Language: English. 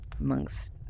amongst